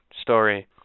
story